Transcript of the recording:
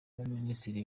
abaminisitiri